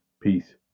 Peace